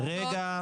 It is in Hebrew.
נכון,